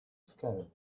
scattered